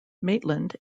maitland